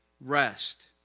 rest